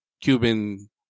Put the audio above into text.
Cuban